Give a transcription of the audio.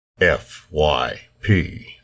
FYP